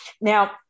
now